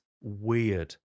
weird